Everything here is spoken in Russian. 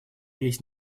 весь